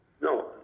No